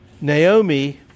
Naomi